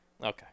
Okay